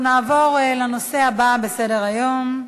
נעבור לנושא הבא בסדר-היום: